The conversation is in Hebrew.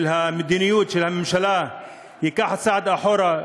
של המדיניות של הממשלה ייקח צעד אחורה,